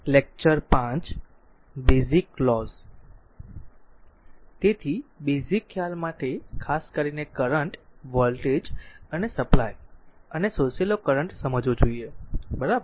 તેથી બેઝીક ખ્યાલ માટે ખાસ કરીને કરંટ વોલ્ટેજ અને સપ્લાય અને શોષેલો કરંટ સમજવો જોઈએ બરાબર